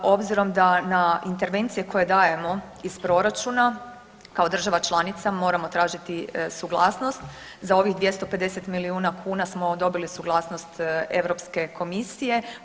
Obzirom da na intervencije koje dajemo iz proračuna kao država članica moramo tražiti suglasnost za ovih 250 milijuna kuna smo dobili suglasnost Europske komisije.